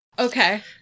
Okay